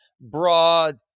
broad